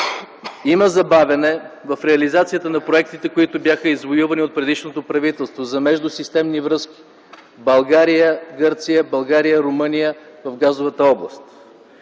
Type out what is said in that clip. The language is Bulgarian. Има забавяне в реализацията на проектите, които бяха извоювани от предишното правителство за междусистемни връзки България - Гърция, България - Румъния в газовата област.